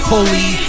Holy